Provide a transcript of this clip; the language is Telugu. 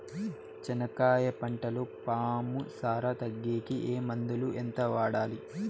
చెనక్కాయ పంటలో పాము సార తగ్గేకి ఏ మందులు? ఎంత వాడాలి?